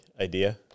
idea